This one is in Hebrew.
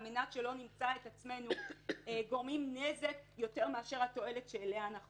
מנת שלא נמצא את עצמנו גורמים נזק יותר מאשר התועלת אותה אנחנו רוצים,